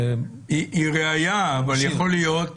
היא ראיה, אבל יכול להיות